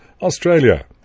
Australia